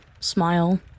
Smile